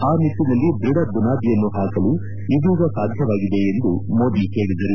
ಆ ನಿಟ್ಟನಲ್ಲಿ ದೃಢ ಬುನಾದಿಯನ್ನು ಹಾಕಲು ಇದೀಗ ಸಾಧ್ಯವಾಗಿದೆ ಎಂದು ಮೋದಿ ಹೇಳಿದರು